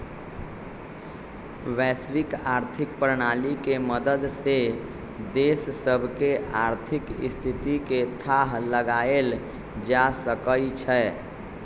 वैश्विक आर्थिक प्रणाली के मदद से देश सभके आर्थिक स्थिति के थाह लगाएल जा सकइ छै